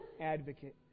advocate